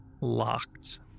locked